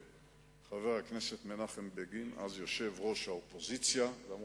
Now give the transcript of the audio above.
נדמה לי על-ידי חבר הכנסת גדעון עזרא: האם